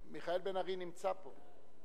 מיכאל בן-ארי נמצא פה.